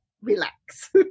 relax